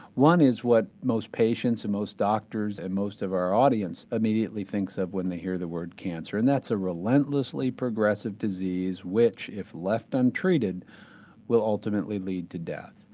one is what most patients and most doctors and most of our audience immediately think so of when they hear the word cancer, and that's a relentlessly progressive disease which if left untreated will ultimately lead to death.